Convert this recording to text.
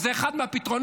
וזה אחד מהפתרונות.